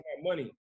money